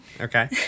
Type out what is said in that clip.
Okay